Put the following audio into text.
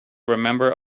remember